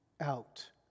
out